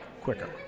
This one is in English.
quicker